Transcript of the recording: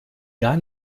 gar